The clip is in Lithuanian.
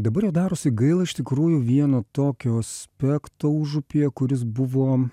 dabar jau darosi gaila iš tikrųjų vieno tokio spekto užupyje kuris buvo